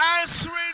answering